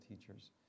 teachers